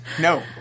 No